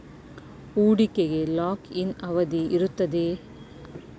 ಹೂಡಿಕೆಗೆ lock in ಅವಧಿ ಇರುತ್ತದೆಯೇ?